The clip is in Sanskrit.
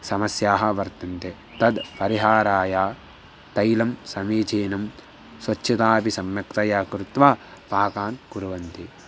समस्याः वर्तन्ते तद् परिहाराय तैलं समीचीनं स्वच्छताम् अपि सम्यक्तया कृत्वा पाकान् कुर्वन्ति